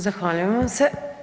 Zahvaljujem vam se.